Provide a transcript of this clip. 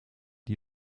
die